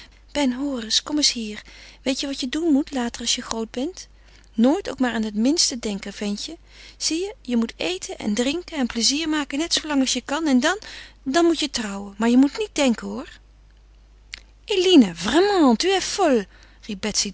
eens kom eens hier weet je wat je doen moet later als je groot bent nooit ook maar aan het minste denken ventje zie je je moet eten en drinken en plezier maken net zoo lang als je kan en dan dan moet je trouwen maar je moet niet denken hoor eline